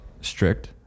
strict